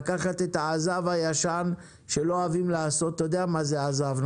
לקחת את עז"ב הישן שלא אוהבים לעשות אתה יודע מה זה עז"ב,